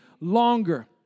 longer